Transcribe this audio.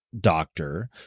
doctor